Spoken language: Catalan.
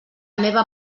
meva